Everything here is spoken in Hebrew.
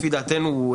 לפי דעתנו,